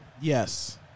Yes